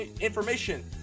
information